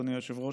אדוני היושב-ראש,